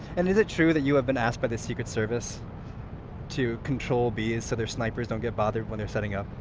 and is it true that you have been asked by the secret service to control bees so their snipers don't get bothered when they're setting up?